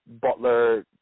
Butler